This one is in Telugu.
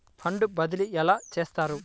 ఫండ్ బదిలీ ఎలా చేస్తారు?